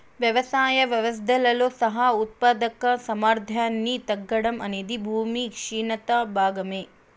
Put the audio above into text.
వ్యవసాయ వ్యవస్థలతో సహా ఉత్పాదక సామర్థ్యాన్ని తగ్గడం అనేది భూమి క్షీణత భాగమే